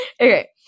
Okay